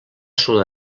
sud